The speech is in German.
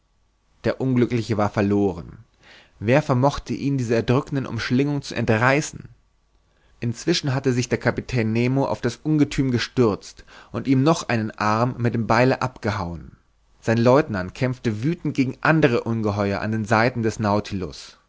der unglückliche war verloren wer vermochte ihn dieser erdrückenden umschlingung zu entreißen inzwischen hatte sich der kapitän nemo auf das ungethüm gestürzt und ihm noch einen arm mit dem beile abgehauen sein lieutenant kämpfte wüthend gegen andere ungeheuer an den seiten des